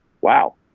Wow